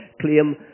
claim